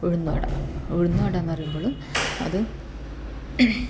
ഉഴുന്നുവട ഉഴുന്ന് വടാന്ന് പറയുമ്പോൾ അത്